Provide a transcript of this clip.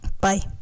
bye